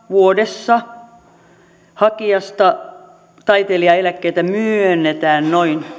vuodessa taiteilijaeläkkeitä myönnetään